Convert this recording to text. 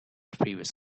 previous